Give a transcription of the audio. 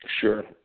sure